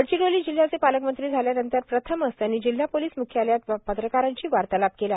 गडचिरोली जिल्ह्याचे पालकमंत्री झाल्यानंतर प्रथमच त्यांनी जिल्हा पोलिस मुख्यालयात पत्रकारांशी वार्तालाप केला